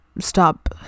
stop